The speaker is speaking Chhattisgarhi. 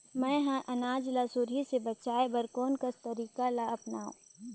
मैं ह अनाज ला सुरही से बचाये बर कोन कस तरीका ला अपनाव?